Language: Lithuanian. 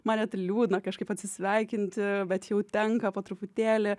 man net liūdna kažkaip atsisveikinti bet jau tenka po truputėlį